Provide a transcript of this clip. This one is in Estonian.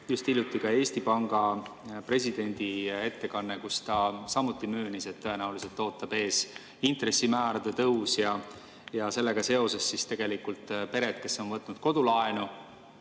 just hiljuti ka Eesti Panga presidendi ettekanne, kus ta samuti möönis, et tõenäoliselt ootab ees intressimäärade tõus. Sellega seoses pered, kes on võtnud kodulaenu,